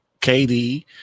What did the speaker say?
KD